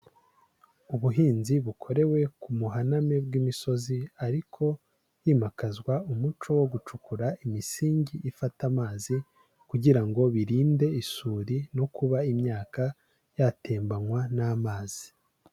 Ubuhinzi bukorewe ku muhaname bw'imisozi, ariko himakazwa umuco wo gucukura imisingi ifata amazi, kugira ngo birinde isuri no kuba imyaka yatembanywa n'amazi.